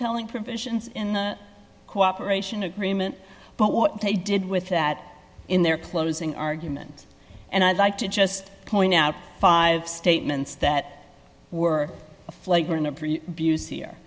telling provisions in the cooperation agreement but what they did with that in their closing argument and i'd like to just point out five statements that were a flagrant